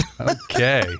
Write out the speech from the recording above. Okay